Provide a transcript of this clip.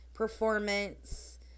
Performance